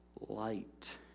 light